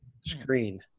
Screen